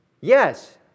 Yes